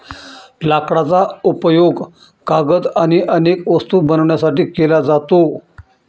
लाकडाचा उपयोग कागद आणि अनेक वस्तू बनवण्यासाठी केला जातो